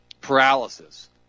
paralysis